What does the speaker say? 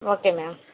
okay ma'am